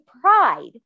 pride